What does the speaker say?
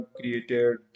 created